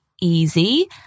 easy